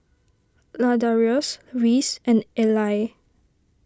Ladarius Reese and Eli